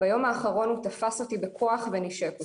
ביום האחרון הוא תפס אותי בכוח ונישק אותי,